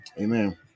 Amen